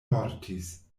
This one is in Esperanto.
mortis